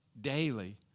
daily